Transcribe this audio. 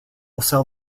who